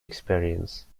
experience